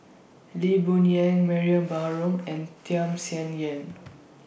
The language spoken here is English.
Lee Boon Yang Mariam Baharom and Tham Sien Yen